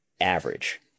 average